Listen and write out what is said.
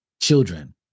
children